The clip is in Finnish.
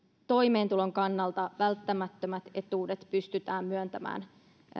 toimeentulon kannalta välttämättömät etuudet pystytään myöntämään